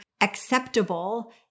acceptable